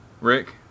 Rick